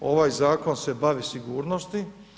Ovaj zakon se bavi sigurnosti.